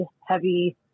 heavy